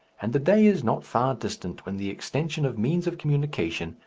and the day is not far distant when the extension of means of communication,